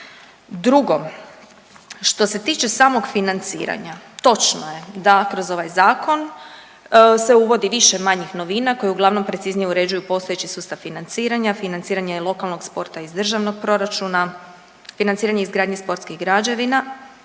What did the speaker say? Drugo, što se tiče samog financiranja točno je da kroz ovaj zakon se uvodi više manjih novina koje uglavnom preciznije uređuju postojeći sustav financiranja. Financiranje je lokalnog sporta iz državnog proračuna, financiranje izgradnje sportskih građevina,